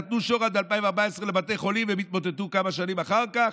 נתנו שוחד לבתי החולים ב-2014 והם התמוטטו כמה שנים אחר כך.